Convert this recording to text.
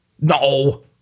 No